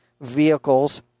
vehicles